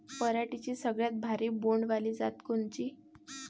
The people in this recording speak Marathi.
पराटीची सगळ्यात भारी बोंड वाली जात कोनची?